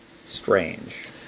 strange